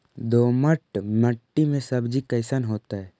दोमट मट्टी में सब्जी कैसन होतै?